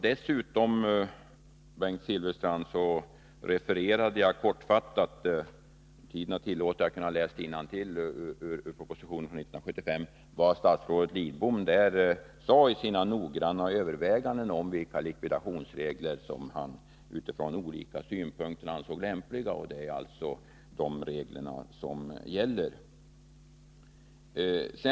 Dessutom, Bengt Silfverstrand, refererade jag kortfattat — om tiden hade tillåtit det, hade jag kunnat läsa innantill ur propositionen från 1975 — vad statsrådet Lidbom sade i samband med sina noggranna överväganden om vilka likvidationsregler som han utifrån olika synpunkter ansåg lämpliga. Det är de reglerna som gäller.